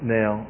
now